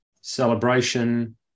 celebration